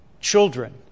children